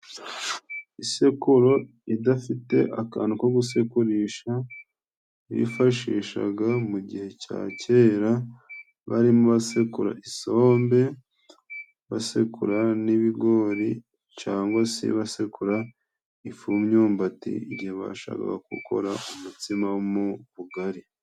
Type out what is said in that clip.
Isekururo idafite akantu ko gusekurisha ,bifashishaga mu gihe cya kera barimo basekura: isombe ,basekura n'ibigori ,cangwa se basekura ifu y'imyubati igihe bashakaga gukora umutsima wo mu bugari.